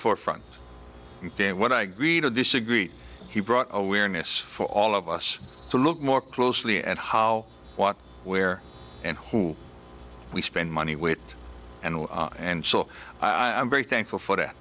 forefront what i agreed or disagreed he brought awareness for all of us to look more closely at how what where and who we spend money with and and so i'm very thankful for that